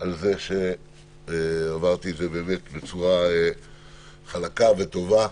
על זה שעברתי את זה בצורה חלקה וטובה,